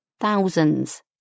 thousands